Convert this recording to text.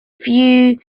few